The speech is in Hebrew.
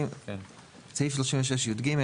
סעיף 36יג,